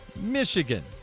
Michigan